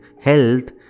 health